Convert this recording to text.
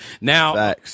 now